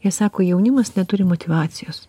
jie sako jaunimas neturi motyvacijos